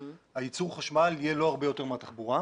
ייצור החשמל יהיה לא הרבה מהתחבורה.